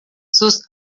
sus